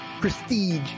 Prestige